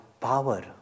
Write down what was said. power